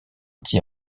anti